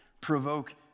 provoke